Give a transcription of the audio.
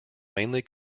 mainly